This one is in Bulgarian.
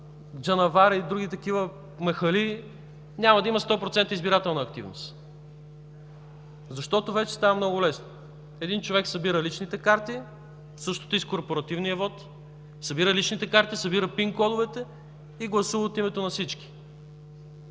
Джанавара и други такива махали няма да има 100% избирателна активност? Защото вече става много лесно – един човек събира личните карти, същото е и с корпоративния вот, събира личните карти, събира ПИН-кодовете и гласува от името на всички,